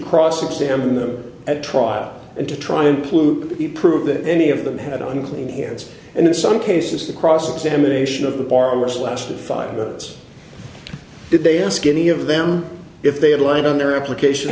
cross examine them at trial and to try and pollute the prove that any of them had unclean hands and in some cases the cross examination of the bar in which lasted five minutes did they ask any of them if they had lied on their application